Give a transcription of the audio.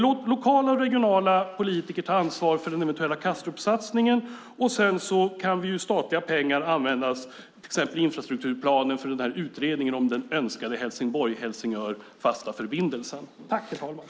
Låt lokala och regionala politiker ta ansvar för den eventuella Kastrupsatsningen. Sedan kan statliga pengar användas i till exempel infrastrukturplanen, för utredningen om den önskade fasta förbindelsen mellan Helsingborg och Helsingör.